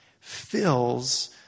fills